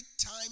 time